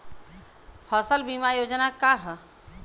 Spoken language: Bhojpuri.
फसल बीमा योजना का ह?